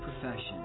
profession